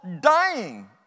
dying